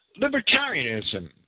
Libertarianism